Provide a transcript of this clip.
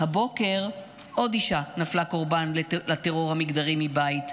הבוקר עוד אישה נפלה קורבן לטרור המגדר מבית,